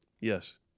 Yes